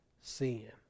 sin